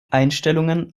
einstellungen